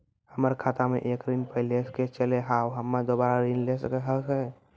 हमर खाता मे एक ऋण पहले के चले हाव हम्मे दोबारा ऋण ले सके हाव हे?